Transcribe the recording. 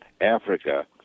Africa